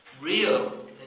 real